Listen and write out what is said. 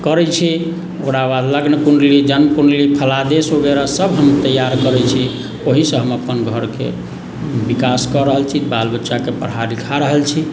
करैत छी ओकरा बाद लग्न कुण्डली जन्म कुण्डली फलादेश वगैरह सभ हम तैयार करैत छी ओहिसँ हम अपन घरके विकास कऽ रहल छी बाल बच्चाके पढ़ा लिखा रहल छी